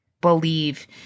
believe